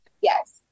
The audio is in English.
Yes